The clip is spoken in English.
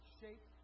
shape